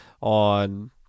on